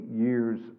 years